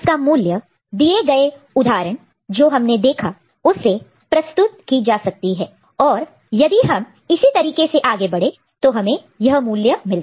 तो उसका मूल्य दिए गए उदाहरण जो हमने देखा उससे प्रस्तुत रिप्रेजेंट represent की जा सकती है और यदि हम इसी तरीके से आगे बढ़े तो हमें यह मूल्य मिलता है